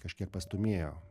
kažkiek pastūmėjo